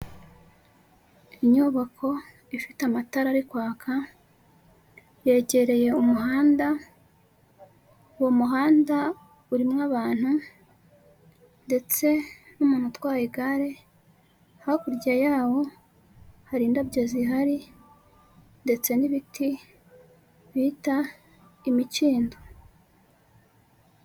Inyubako ifite amatara ari kwaka, yegereye umuhanda, uwo muhanda urimo abantu ndetse n'umuntu utwaye igare, hakurya yawo hari indabyo zihari ndetse n'ibiti bita imikindo.